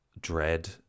dread